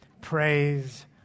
Praise